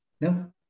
No